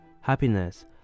happiness